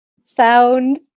sound